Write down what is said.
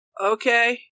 Okay